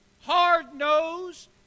hard-nosed